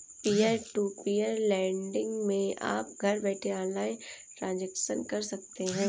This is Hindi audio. पियर टू पियर लेंड़िग मै आप घर बैठे ऑनलाइन ट्रांजेक्शन कर सकते है